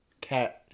Cat